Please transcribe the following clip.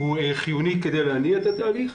הוא חיוני כדי להניע את התהליך.